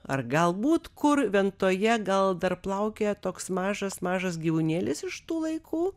ar galbūt kur ventoje gal dar plaukioja toks mažas mažas gyvūnėlis iš tų laikų